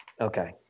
Okay